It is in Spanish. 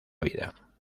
vida